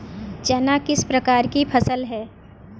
चना किस प्रकार की फसल है?